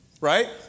Right